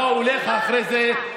באו אליך אחרי זה,